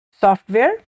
software